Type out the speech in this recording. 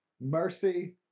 mercy